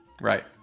right